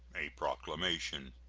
a proclamation.